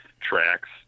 tracks